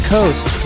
Coast